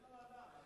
לוועדה.